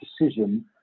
decision